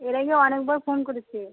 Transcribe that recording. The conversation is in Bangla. এর আগে অনেকবার ফোন করেছে